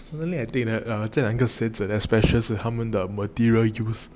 suddenly I think that err 这两个鞋子的 special 是他们的 material use